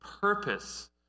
purpose